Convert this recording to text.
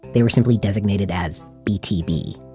they were simply designated as btb.